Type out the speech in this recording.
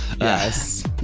Yes